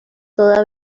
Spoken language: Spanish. toda